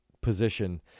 position